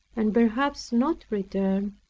and perhaps not return,